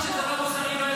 הוא פונה אליי.